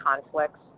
conflicts